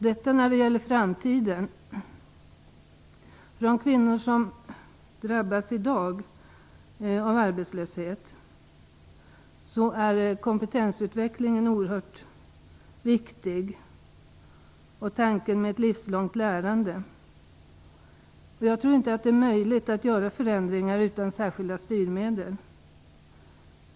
Detta när det gäller framtiden. För de kvinnor som drabbas av arbetslöshet i dag är kompetensutvecklingen oerhört viktig liksom tanken om ett livslångt lärande. Jag tror inte att det är möjligt att göra förändringar utan särskilda styrmedel.